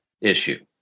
issue